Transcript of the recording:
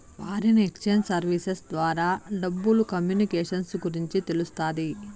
foreign exchange services ద్వారా డబ్బులు communications గురించి తెలుస్తాది